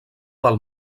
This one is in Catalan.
del